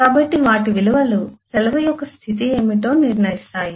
కాబట్టి వాటి విలువలు సెలవు యొక్క స్థితి ఏమిటో నిర్ణయిస్తాయి